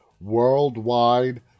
Worldwide